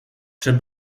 czy